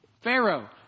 Pharaoh